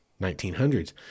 1900s